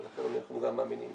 ולכן אנחנו גם מאמינים